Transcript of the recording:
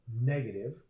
negative